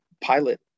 pilot